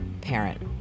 parent